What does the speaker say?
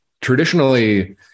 traditionally